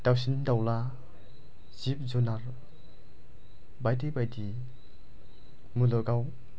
दाउसिन दाउला जिब जुनार बायदि बायदि मुलुगाव